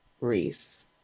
Reese